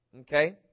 Okay